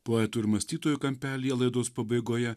poetų ir mąstytojų kampelyje laidos pabaigoje